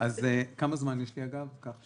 לפני